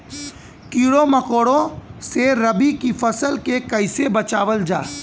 कीड़ों मकोड़ों से रबी की फसल के कइसे बचावल जा?